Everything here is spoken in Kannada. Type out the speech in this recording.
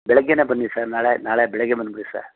ಬೆಳಗ್ಗೆನೆ ಬನ್ನಿ ಸರ್ ನಾಳೆ ನಾಳೆ ಬೆಳಗ್ಗೆ ಬಂದುಬಿಡಿ ಸರ್